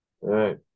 right